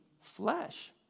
flesh